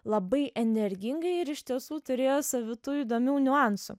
labai energingai ir iš tiesų turėjo savitų įdomių niuansų